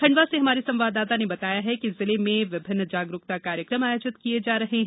खंडवा से हमारे संवाददाता ने बताया है कि जिले में विभिन्न जागरूकता कार्यक्रम आयोजित किये जा रहे हैं